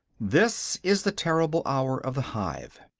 this is the terrible hour of the hive.